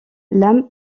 l’âme